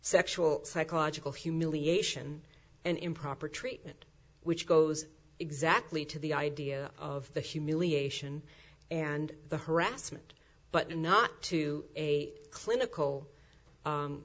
sexual psychological humiliation and improper treatment which goes exactly to the idea of the humiliation and the harassment but not to a clinical